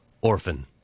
Orphan